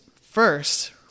first